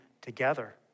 together